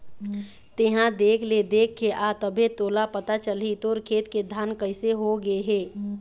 तेंहा देख ले देखके आ तभे तोला पता चलही तोर खेत के धान कइसे हो गे हे